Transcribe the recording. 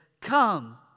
Come